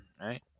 right